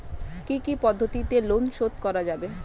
কি কি পদ্ধতিতে লোন শোধ করা যাবে?